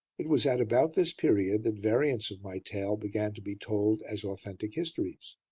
it was at about this period that variants of my tale began to be told as authentic histories.